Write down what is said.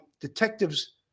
detectives